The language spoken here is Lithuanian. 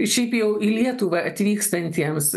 šiaip jau į lietuvą atvykstantiems